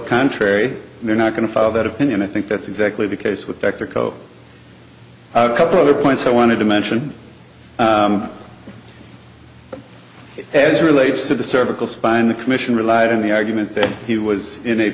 contrary they're not going to follow that opinion i think that's exactly the case with dr koch a couple other points i wanted to mention as relates to the cervical spine the commission relied on the argument that he was in a